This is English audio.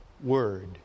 word